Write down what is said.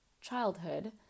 childhood